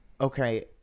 Okay